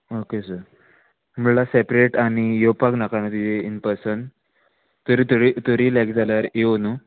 okay sir म्हळ्यार separate आनी येवपाक नाका न्हू तुजें इन पर्सन तरी तरी तरी लॅक जाल्यार यो न्हू